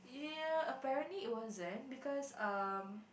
ya apparently it was then because um